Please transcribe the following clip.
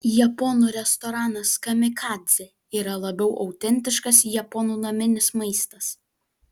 japonų restoranas kamikadzė yra labiau autentiškas japonų naminis maistas